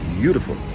beautiful